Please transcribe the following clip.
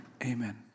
Amen